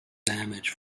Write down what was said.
damage